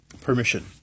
permission